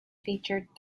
featured